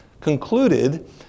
concluded